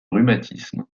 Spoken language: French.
rhumatismes